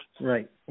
Right